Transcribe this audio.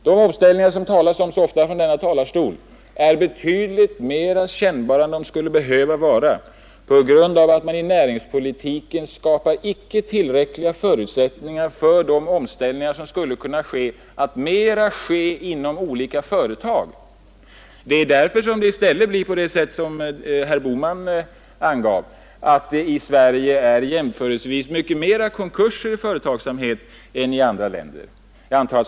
De omställningar som det så ofta talas om från denna talarstol är betydligt mera kännbara än de skulle behöva vara, på grund av att man i näringspolitiken icke skapar tillräckliga förutsättningar för att omställningarna mera skall ske inom olika företag. Det är därför det i stället blir som herr Bohman angav, nämligen att det i Sverige förekommer jämförelsevis flera konkurser i företagsamheten än i andra länder.